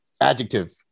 adjective